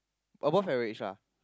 but both friend rich lah